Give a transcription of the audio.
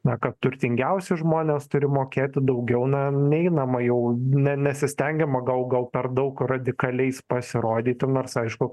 na kad turtingiausi žmonės turi mokėti daugiau na neinama jau ne nesistengiama gal gal per daug radikaliais pasirodyti nors aišku